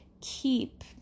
keep